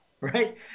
Right